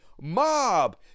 mob